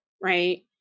right